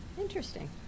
Interesting